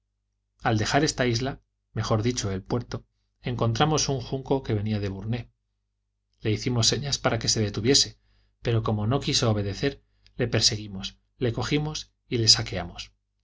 al dejar esta isla mejor dicho el puerto encontramos un junco que venía de burné le hicimos señas para que se detuviese pero como no quiso obedecer le perseguimos le cogimos y le saqueamos